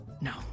No